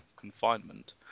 confinement